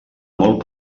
molt